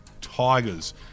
Tigers